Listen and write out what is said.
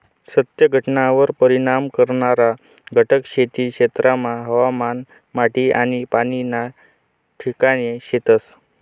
सत्य घटनावर परिणाम करणारा घटक खेती क्षेत्रमा हवामान, माटी आनी पाणी ना ठिकाणे शेतस